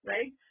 Right